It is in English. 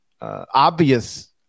obvious